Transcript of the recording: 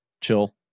chill